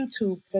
YouTube